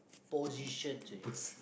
position to you